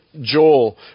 Joel